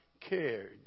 cared